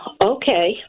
Okay